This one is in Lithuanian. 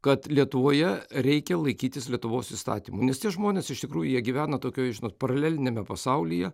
kad lietuvoje reikia laikytis lietuvos įstatymų nes tie žmonės iš tikrųjų jie gyvena tokioj žinot paraleliniame pasaulyje